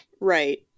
Right